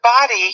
body